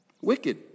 Wicked